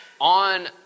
on